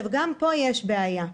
גם פה יש בעיה: